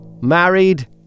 married